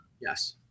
yes